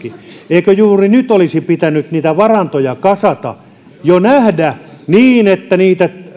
eikö juuri nyt olisi pitänyt niitä varantoja kasata ja jo nähdä että